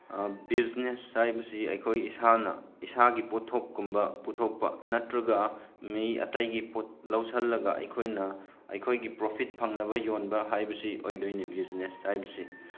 business ꯍꯥꯏꯕꯁꯤ ꯑꯩꯈꯣꯏ ꯏꯁꯥꯅ ꯏꯁꯥꯒꯤ ꯄꯣꯠꯊꯣꯛꯀꯨꯝ ꯄꯨꯊꯣꯛꯄ ꯅꯠꯇ꯭ꯔꯒ ꯃꯤ ꯑꯇꯩꯒꯤ ꯄꯣꯠ ꯂꯧꯁꯤꯜꯂꯒ ꯑꯩꯈꯣꯏꯅ ꯑꯩꯈꯣꯏꯒꯤ ꯄ꯭ꯔꯣꯐꯤꯠ ꯐꯪꯅꯕ ꯌꯣꯟꯕ ꯍꯥꯏꯕꯁꯤ ꯑꯣꯏꯗꯣꯏꯅꯤ ꯕꯤꯖꯤꯅꯦꯁ ꯍꯥꯏꯕꯁꯤ